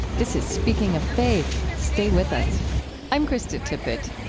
this is speaking of faith. stay with us i'm krista tippett.